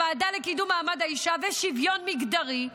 לוועדה לקידום מעמד האישה ולשוויון מגדרי,